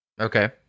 Okay